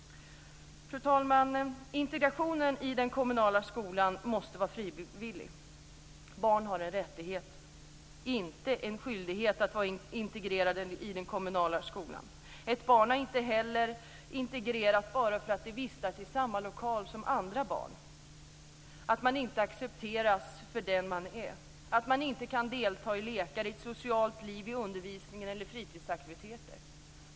Fru talman! Integrationen i den kommunala skolan måste vara frivillig. Barn har en rättighet, inte en skyldighet att vara integrerade i den kommunala skolan. Ett barn är inte heller integrerat bara för att det vistas i samma lokal som andra barn, om det inte accepteras, kan delta i lekar, i ett socialt liv, i undervisningen eller i fritidsaktiviteter.